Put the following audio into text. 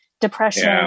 depression